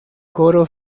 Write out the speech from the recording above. coro